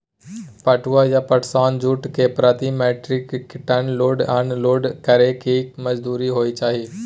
पटुआ या पटसन, जूट के प्रति metric ton load unload करै के की मजदूरी होय चाही?